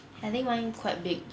I think mine quite big